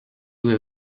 were